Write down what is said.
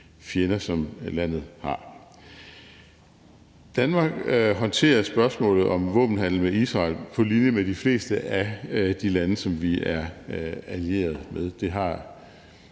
fjender, som landet har. Danmark håndterer spørgsmålet om våbenhandel med Israel på linje med de fleste af de lande, som vi er allieret med.